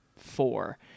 four